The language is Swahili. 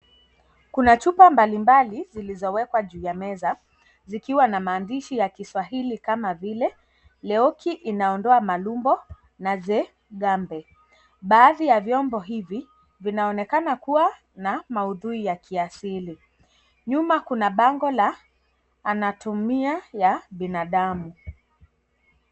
Kuna chupa mbalimbali zilizowekwa juu ya meza zikiwa na maandishi ya kiswahili kama vile leoki inaondoa matumbo na zengambe ,baadhi ya vyombo hivi vinaonekana kuwa na maudhui ya kiasili nyuma kuna bango la anatumia ya binadamu.